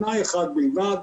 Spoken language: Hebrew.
בתנאי אחד בלבד,